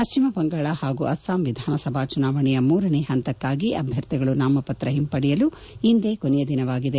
ಪಶ್ಚಿಮಬಂಗಾಳ ಹಾಗೂ ಅಸ್ಪಾಂ ವಿಧಾನಸಭಾ ಚುನಾವಣೆಯ ಮೂರನೇ ಹಂತಕ್ಷಾಗಿ ಅಭ್ಯರ್ಥಿಗಳು ನಾಮಪತ್ರ ಹಿಂಪಡೆಯಲು ಇಂದೇ ಕೊನೆಯ ದಿನವಾಗಿದೆ